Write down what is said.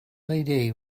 led